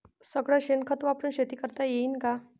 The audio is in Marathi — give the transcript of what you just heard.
सगळं शेन खत वापरुन शेती करता येईन का?